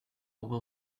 will